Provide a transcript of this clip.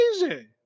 crazy